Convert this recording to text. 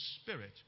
spirit